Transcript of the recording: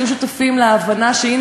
שהיו שותפים להבנה שהנה,